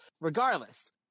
regardless